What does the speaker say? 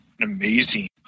amazing